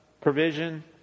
provision